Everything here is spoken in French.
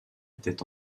était